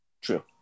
True